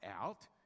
out